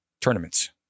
tournaments